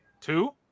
Two